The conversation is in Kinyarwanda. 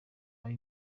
ari